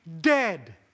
dead